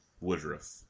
Woodruff